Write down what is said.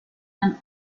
than